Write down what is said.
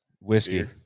whiskey